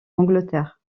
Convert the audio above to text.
angleterre